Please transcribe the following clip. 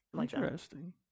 Interesting